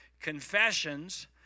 confessions